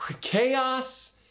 chaos